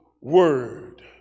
word